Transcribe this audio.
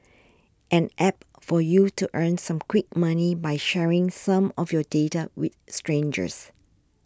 an App for you to earn some quick money by sharing some of your data with strangers